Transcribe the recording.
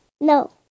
No